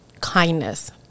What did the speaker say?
kindness